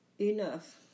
Enough